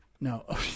no